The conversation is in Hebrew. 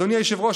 אדוני היושב-ראש,